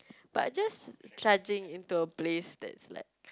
but just charging into a place that is like